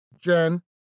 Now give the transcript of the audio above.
Jen